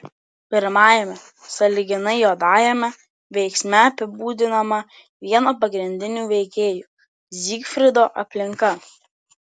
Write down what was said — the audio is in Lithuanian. pirmajame sąlyginai juodajame veiksme apibūdinama vieno pagrindinių veikėjų zygfrido aplinka